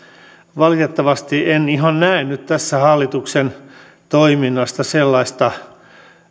valitettavasti en ihan näe nyt tässä hallituksen toiminnassa sellaista